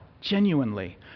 genuinely